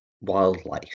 wildlife